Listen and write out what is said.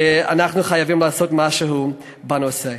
ואנחנו חייבים לעשות משהו בנושא.